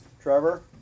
Trevor